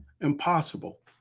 Impossible